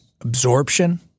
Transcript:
absorption